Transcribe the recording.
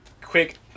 quick